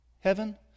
heaven